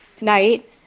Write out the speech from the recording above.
night